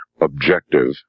objective